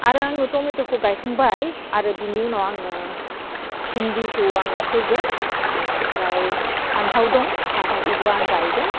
आरो आङो टमेट'खौ गायखांबाय आरो बिनि उनाव आङो भिन्दिखौ आङो फोगोन बिनिफ्राय फान्थाव दं फान्थावखौबो आं गायगोन